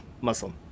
Muslim